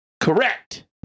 Correct